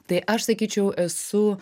tai aš sakyčiau esu